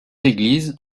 églises